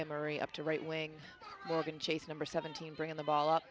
emery up to right wing morgan chase number seventeen bring the ball up